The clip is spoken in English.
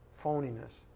phoniness